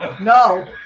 No